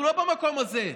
אנחנו לא במקום הזה.